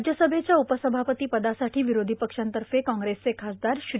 राज्यसभेच्या उपसभापती पदासाठी विरोधी पक्षांतर्फे काँग्रेसचे खासदार श्री